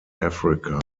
africa